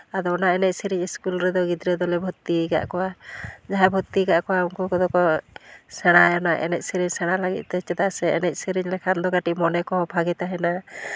ᱟᱫᱚ ᱚᱱᱟ ᱮᱱᱮᱡ ᱥᱮᱨᱮᱧ ᱤᱥᱠᱩᱞ ᱨᱮᱫᱚ ᱜᱤᱫᱽᱨᱟᱹ ᱫᱚᱞᱮ ᱵᱷᱚᱨᱛᱤ ᱟᱠᱟᱫ ᱠᱚᱣᱟ ᱡᱟᱦᱟᱸ ᱵᱷᱚᱨᱛᱤ ᱟᱠᱟᱫ ᱠᱚᱣᱟ ᱩᱱᱠᱩ ᱠᱚᱫᱚ ᱦᱩᱭᱩᱜ ᱠᱟᱱᱟ ᱥᱮᱬᱟ ᱨᱮᱱᱟᱜ ᱮᱱᱮᱡ ᱥᱮᱨᱮᱧ ᱥᱮᱬᱟ ᱞᱟᱹᱜᱤᱫ ᱛᱮ ᱪᱮᱫᱟᱜ ᱥᱮ ᱮᱱᱮᱡ ᱥᱮᱨᱮᱧ ᱞᱮᱠᱷᱟᱱ ᱫᱚ ᱟᱹᱴᱤᱡ ᱢᱚᱱᱮ ᱠᱚ ᱵᱷᱟᱹᱜᱤ ᱛᱟᱦᱮᱸᱱᱟ